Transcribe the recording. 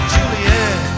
Juliet